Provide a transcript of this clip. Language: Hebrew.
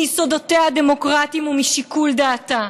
מיסודותיה הדמוקרטיים ומשיקול דעתה.